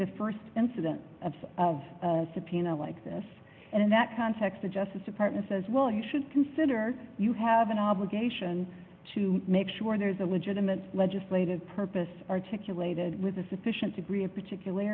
the st incident of some of subpoena like this and in that context the justice department says well you should consider you have an obligation to make sure there is a legitimate legislative purpose articulated with a sufficient degree of particular